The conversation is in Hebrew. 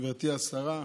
גברתי השרה,